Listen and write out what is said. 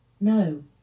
No